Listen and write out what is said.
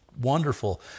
wonderful